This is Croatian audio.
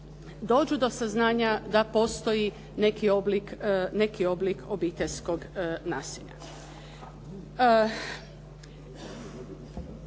dođu do saznanja da postoji neki oblik obiteljskog nasilja.